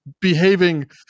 behaving